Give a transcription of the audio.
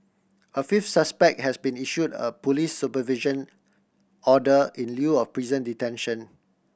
a fifth suspect has been issued a police supervision order in lieu of prison detention